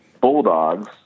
Bulldogs